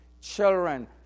children